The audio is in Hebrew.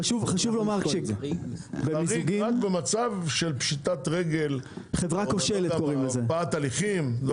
חריג רק במצב של פשיטת רגל, הקפאת תהליכים.